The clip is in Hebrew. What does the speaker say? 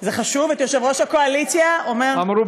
זה חשוב, את יושב-ראש הקואליציה, אומר,